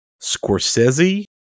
Scorsese